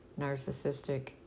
narcissistic